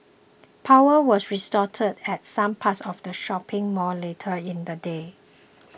power was restored at some parts of the shopping mall later in the day